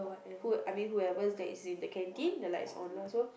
who I mean whoever that is in the canteen the lights on lah so